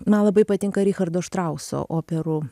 man labai patinka richardo štrauso operų